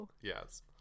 Yes